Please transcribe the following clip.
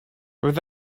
with